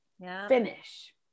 finish